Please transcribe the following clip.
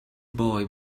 boy